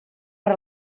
per